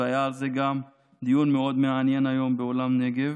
והיה על זה גם דיון מאוד מעניין באולם נגב.